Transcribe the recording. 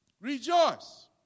rejoice